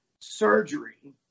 surgery